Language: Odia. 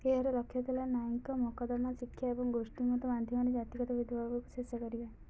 ଏହାର ଲକ୍ଷ୍ୟ ଥିଲା ନ୍ୟାୟିକ ମକଦ୍ଦମା ଶିକ୍ଷା ଏବଂ ଗୋଷ୍ଠୀମତ ମାଧ୍ୟମରେ ଜାତିଗତ ଭେଦଭାବକୁ ଶେଷ କରିବା